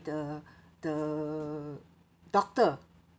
the the doctor